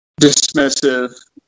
dismissive